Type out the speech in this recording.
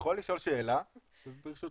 יכול לשאול שאלה לפני